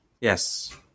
Yes